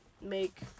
make